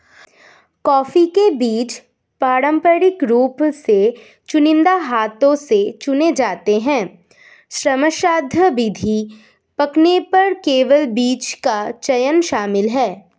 coffee के बीज पारंपरिक रूप से चुनिंदा हाथ से चुने जाते हैं, श्रमसाध्य विधि, पकने पर केवल बीज का चयन शामिल है